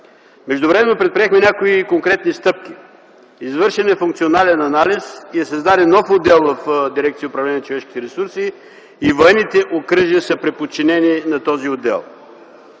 Междувременно предприехме някои конкретни стъпки. Извършен е функционален анализ и е създаден нов отдел в Дирекция „Управление на човешките ресурси” и военните окръжия са прeподчинени на този отдел.